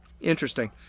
interesting